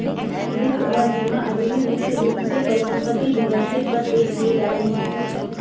वित्त और बीमा अभी भी मुख्य रूप से परिसंपत्ति डीलरशिप पर पेश किए जाते हैं